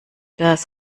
das